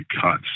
cuts